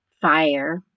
fire